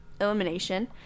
elimination